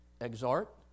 Exhort